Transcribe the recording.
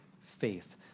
faith